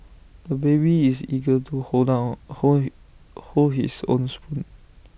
the baby is eager to hold down hold he hold his own spoon